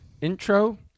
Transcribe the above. intro